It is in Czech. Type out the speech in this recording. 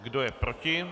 Kdo je proti?